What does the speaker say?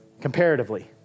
comparatively